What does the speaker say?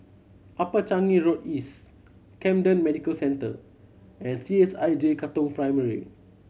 Upper Changi Road East Camden Medical Centre and C H I J Katong Primary